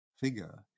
figure